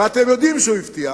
ואתם יודעים שהוא הבטיח,